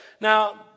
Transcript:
Now